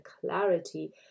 clarity